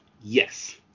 Yes